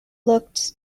looked